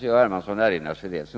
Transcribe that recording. Hermansson kanske erinrar sig att den debatten blev något förvirrad.